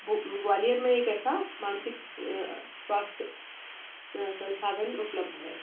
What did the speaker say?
वो ग्वालियर मे एक ऐसा मानसिक स्वास्थ्य संसाधन उपलब्ध है